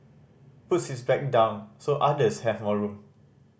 puts his bag down so others have more room